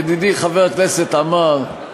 ידידי חבר הכנסת עמאר,